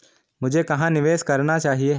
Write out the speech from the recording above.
मुझे कहां निवेश करना चाहिए?